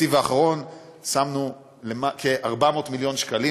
בתקציב האחרון שמנו כ-400 מיליון שקלים